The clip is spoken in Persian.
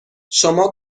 شما